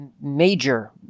major